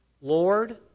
Lord